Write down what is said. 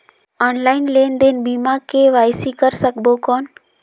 Online लेनदेन बिना KYC कर सकबो कौन??